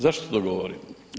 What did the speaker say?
Zašto to govorim?